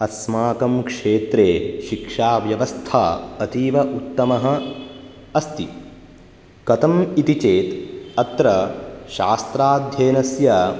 अस्माकं क्षेत्रे शिक्षाव्यवस्था अतीव उत्तमः अस्ति कथम् इति चेत् अत्र शास्त्राध्ययनस्य